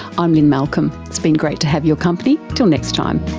i'm lynne malcolm, it's been great to have your company, until next time